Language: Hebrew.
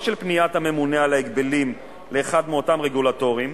של פניית הממונה על ההגבלים לאחד מאותם רגולטורים,